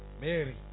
Mary